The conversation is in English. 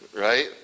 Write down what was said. right